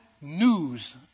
news